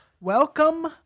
Welcome